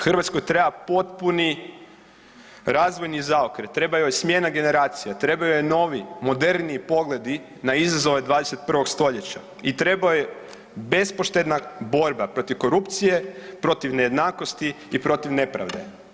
Hrvatskoj treba potpuni razvojni zaokret, treba joj smjena generacija, treba joj novi, moderniji pogledi na izazove 21. st. i treba joj bespoštedna borba protiv korupcije, protiv nejednakosti i protiv nepravde.